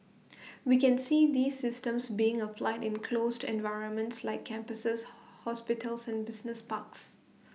we can see these systems being applied in closed environments like campuses hospitals and business parks